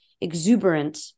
exuberant